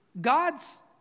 God's